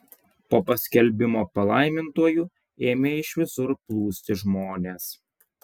po paskelbimo palaimintuoju ėmė iš visur plūsti žmonės